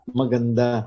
maganda